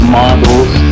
models